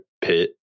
pit